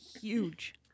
huge